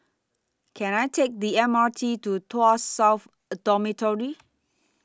Can I Take The M R T to Tuas South Dormitory